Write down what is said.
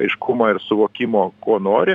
aiškumo ir suvokimo ko nori